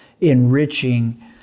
enriching